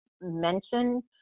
mentioned